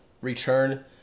return